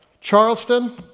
Charleston